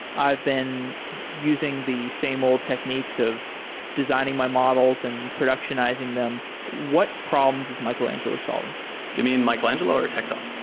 i've been using the same old techniques of designing my models and productionizing them, them, what problems is michelangelo solving? do you mean michelangelo or tecton?